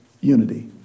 unity